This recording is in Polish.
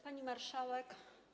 Pani Marszałek!